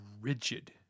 rigid